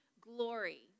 glory